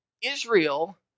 Israel